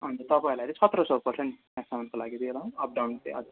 अन्त तपाईँहरूलाई सत्र सौ पर्छ नि यहाँसम्मको लागि चाहिँ ल अप डाउन चाहिँ हजुर